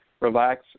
relax